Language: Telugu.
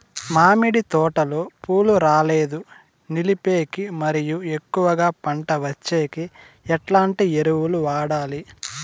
మామిడి తోటలో పూలు రాలేదు నిలిపేకి మరియు ఎక్కువగా పంట వచ్చేకి ఎట్లాంటి ఎరువులు వాడాలి?